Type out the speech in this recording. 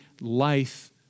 life